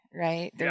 right